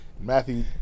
Matthew